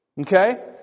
Okay